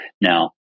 Now